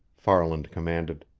farland commanded.